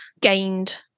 gained